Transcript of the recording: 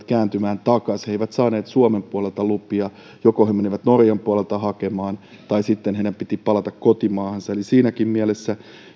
kääntymään takaisin he eivät saaneet suomen puolelta lupia joko he menivät norjan puolelta hakemaan tai sitten heidän piti palata kotimaahansa siinäkin mielessä